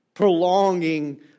prolonging